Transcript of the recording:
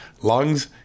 lungs